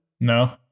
No